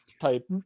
type